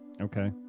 okay